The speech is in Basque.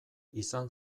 izan